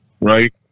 right